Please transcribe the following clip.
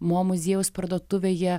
mo muziejaus parduotuvėje